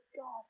God